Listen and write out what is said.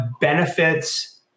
benefits